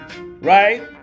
right